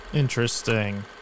Interesting